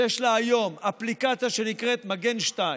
שיש לה היום אפליקציה שנקראת "מגן "2,